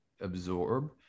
absorb